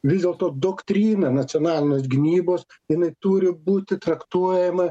vis dėlto doktryna nacionalinės gynybos jinai turi būti traktuojama